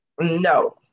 No